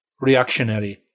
reactionary